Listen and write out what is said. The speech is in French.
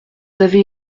avez